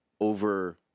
over